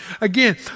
again